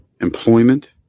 Employment